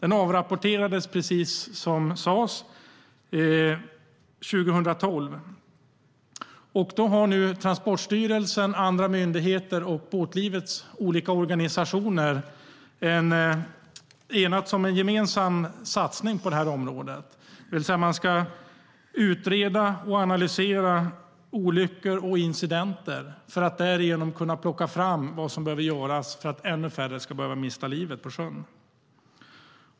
Det avrapporterades 2012, som det sades. Transportstyrelsen, andra myndigheter och båtlivets olika organisationer har enats om en gemensam satsning på området. Man ska utreda och analysera olyckor och incidenter, för att därigenom kunna plocka fram vad som behöver göras för att ännu färre ska behöva mista livet på sjön.